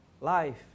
life